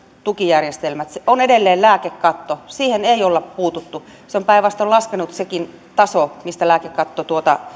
tukijärjestelmät on edelleen lääkekatto siihen ei olla puututtu on päinvastoin laskenut sekin taso mistä lääkekatto